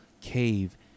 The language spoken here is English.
cave